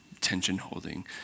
tension-holding